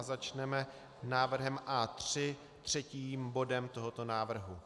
Začneme návrhem A3, třetím bodem tohoto návrhu.